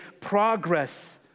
progress